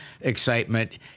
excitement